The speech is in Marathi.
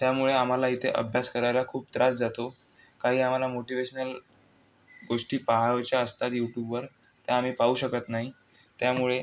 त्यामुळे आम्हाला इथे अभ्यास करायला खूप त्रास जातो काही आम्हाला मोटिव्हेशनल गोष्टी पहावयाच्या असतात युट्यूबवर त्या आम्ही पाहू शकत नाही त्यामुळे